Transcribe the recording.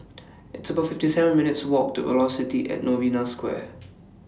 It's about fifty seven minutes' Walk to Velocity At Novena Square